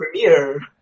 premiere